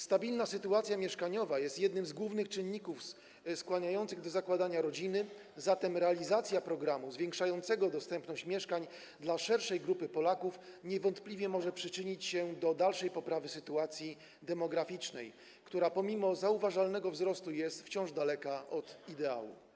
Stabilna sytuacja mieszkaniowa jest jednym z głównych czynników skłaniających do zakładania rodziny, zatem realizacja programu zwiększającego dostępność mieszkań dla szerszej grupy Polaków niewątpliwie może przyczynić się do dalszej poprawy sytuacji demograficznej, która pomimo zauważalnego wzrostu jest wciąż daleka od ideału.